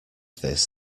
this